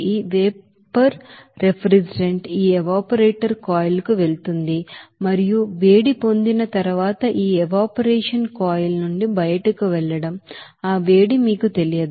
ఈ vapour refrigerant ఈ evaporator coil కు వెళుతుంది మరియు వేడి పొందిన తరువాత ఈ ఎవాపరేషన్ కాయిల్ నుంచి బయటకు వెళ్లడం ఆ వేడి మీకు తెలియదు